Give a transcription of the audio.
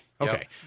Okay